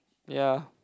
ya